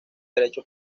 derecho